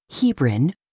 Hebron